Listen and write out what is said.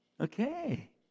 okay